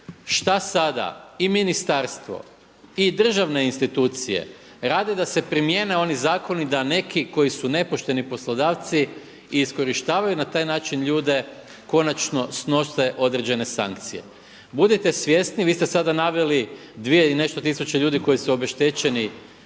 šta sada i ministarstvo i državne institucije rade da se primijene oni zakoni da neki koji su nepošteni poslodavci i iskorištavaju na taj način ljude konačno snose određene sankcije. Budite svjesni vi ste sada naveli dvije i nešto tisuća ljudi koji su obeštećeni